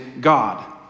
God